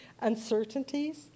uncertainties